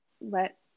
let